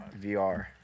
VR